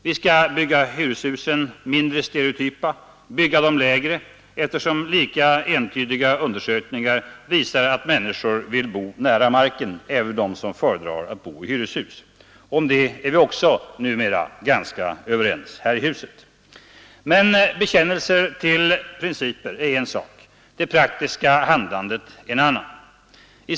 Vi skall bygga hyreshusen mindre stereotypa, bygga dem lägre, eftersom lika entydiga undersökningar visar att människor vill bo nära marken, även de som föredrar att bo i hyreshus. Om det är vi också numera ganska överens här i riksdagen. Men bekännelser till principer är en sak, det praktiska handlandet är en annan sak.